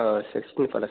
O sixty plus